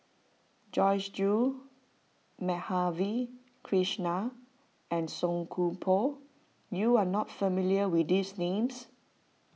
Joyce Jue Madhavi Krishnan and Song Koon Poh you are not familiar with these names